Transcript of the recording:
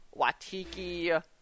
Watiki